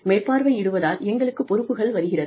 மேற்பார்வையிடுவதால் எங்களுக்குப் பொறுப்புகள் வருகிறது